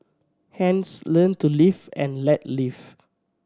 hence learn to live and let live